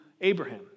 Abraham